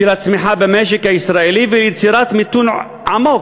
הצמיחה במשק הישראלי ויצירת מיתון עמוק.